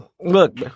Look